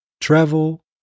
travel